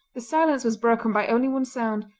the silence was broken by only one sound,